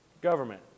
government